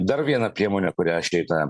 dar viena priemonė kurią aš šitą